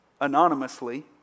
anonymously